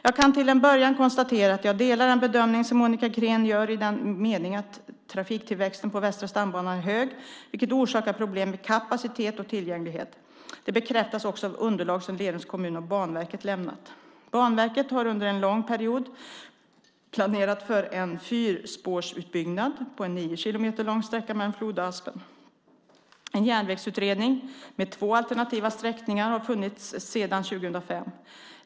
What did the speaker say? Jag kan till en början konstatera att jag delar den bedömning som Monica Green gör i den meningen att trafiktillväxten på Västra stambanan är hög, vilket orsakar problem med kapacitet och tillgänglighet. Det bekräftas också av underlag som Lerums kommun och Banverket lämnat. Banverket har under en lång period planerat för en fyrspårsutbyggnad på en nio kilometer lång sträcka mellan Floda och Aspen. En järnvägsutredning med två alternativa sträckningar har funnits sedan 2005.